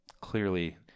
clearly